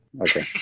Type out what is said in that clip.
Okay